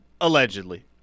Allegedly